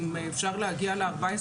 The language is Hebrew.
אם אפשר להגיע ל-14,